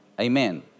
Amen